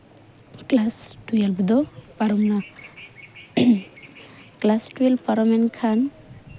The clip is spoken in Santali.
ᱠᱞᱟᱥ ᱴᱩᱭᱮᱞᱵᱷ ᱫᱚ ᱯᱟᱨᱚᱢᱱᱟ ᱠᱞᱟᱥ ᱴᱩᱭᱮᱞᱵᱷ ᱯᱟᱨᱚᱢᱮᱱ ᱠᱷᱟᱱ